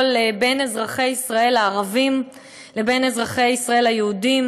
מאוד בין אזרחי ישראל הערבים לבין אזרחי ישראל היהודים,